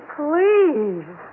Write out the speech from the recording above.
please